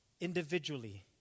individually